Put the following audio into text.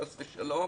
חס ושלום.